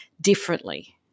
differently